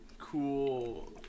cool